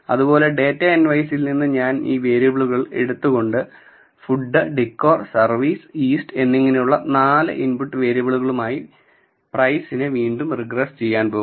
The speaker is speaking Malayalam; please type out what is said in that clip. അതുപോലെ ഡാറ്റ nyc യിൽ നിന്ന് ഞാൻ ഈ വേരിയബിളുകൾ എടുത്തതുകൊണ്ട് ഞാൻ ഫുഡ് ഡിക്കോർ സർവീസ് ഈസ്റ്റ് എന്നിങ്ങനെയുള്ള 4 ഇൻപുട്ട് വേരിയബിളുകളുമായി പ്രൈസ്സിനെ വീണ്ടും റിഗ്രെസ്സ് ചെയ്യാൻ പോകുന്നു